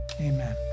Amen